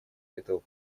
этого